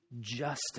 justice